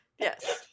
Yes